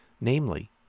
Namely